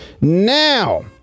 Now